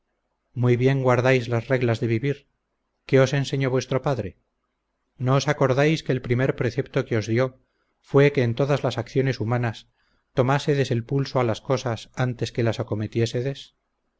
muy bien guardáis las reglas de vivir qué os enseñó vuestro padre no os acordáis que el primer precepto que os dió fue que en todas las acciones humanas tomásedes el pulso a las cosas antes que las acometiésedes